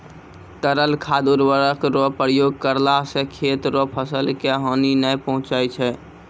तरल खाद उर्वरक रो प्रयोग करला से खेत रो फसल के हानी नै पहुँचय छै